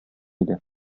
иде